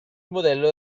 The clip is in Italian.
modello